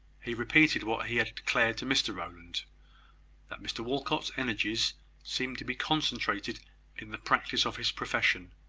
he repeated what he had declared to mr rowland that mr walcot's energies seemed to be concentrated in the practice of his profession,